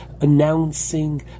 announcing